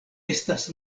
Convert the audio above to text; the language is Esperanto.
estas